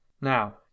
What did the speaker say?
Now